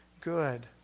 good